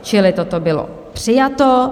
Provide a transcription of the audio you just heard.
Čili toto bylo přijato.